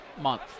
month